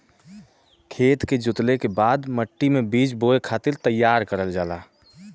खेत के जोतले के बाद मट्टी मे बीज बोए खातिर तईयार करल जाला